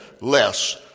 less